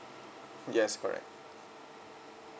yes correct